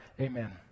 Amen